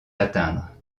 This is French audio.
atteindre